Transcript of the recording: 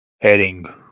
heading